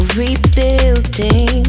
rebuilding